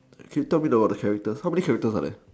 can you tell about the character how many character are there